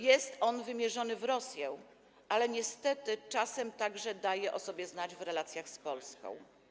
Jest on wymierzony w Rosję, ale niestety czasem także daje o sobie znać w relacjach z Polską.